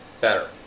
better